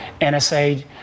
NSA